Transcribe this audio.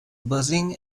buzzing